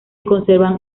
conservan